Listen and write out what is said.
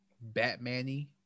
Batman-y